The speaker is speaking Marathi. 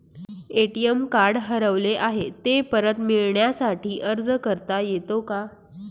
ए.टी.एम कार्ड हरवले आहे, ते परत मिळण्यासाठी अर्ज करता येतो का?